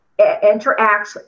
interacts